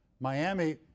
Miami